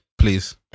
please